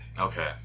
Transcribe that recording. okay